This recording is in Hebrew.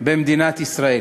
במדינת ישראל.